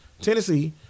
Tennessee